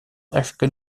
african